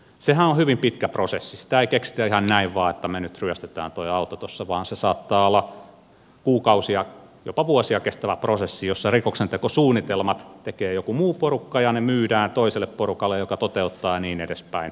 sehän on hyvin pitkä prosessi sitä ei keksitä ihan näin vain että me nyt ryöstämme tuon auton tuossa vaan se saattaa olla kuukausia jopa vuosia kestävä prosessi jossa rikoksentekosuunnitelmat tekee joku muu porukka ja ne myydään toiselle porukalle joka toteuttaa ja niin edelleen